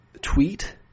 tweet